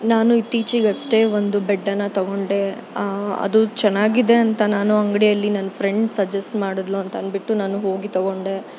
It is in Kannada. ನಾನು ಇತ್ತೀಚಿಗಷ್ಟೆ ಒಂದು ಬೆಡ್ಡನ್ನು ತೊಗೊಂಡೆ ಅದು ಚೆನ್ನಾಗಿದೆ ಅಂತ ನಾನು ಅಂಗಡಿಯಲ್ಲಿ ನನ್ನ ಫ್ರೆಂಡ್ ಸಜೆಸ್ಟ್ ಮಾಡಿದ್ಲು ಅಂತ ಅಂದ್ಬಿಟ್ಟು ನಾನು ಹೋಗಿ ತೊಗೊಂಡೆ